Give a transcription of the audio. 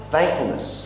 Thankfulness